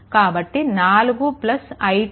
కాబట్టి 4 i2 i3 i4